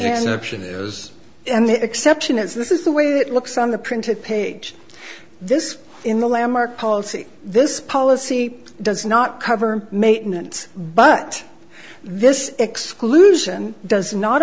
an exception as this is the way it looks on the printed page this in the landmark policy this policy does not cover maintenance but this exclusion does not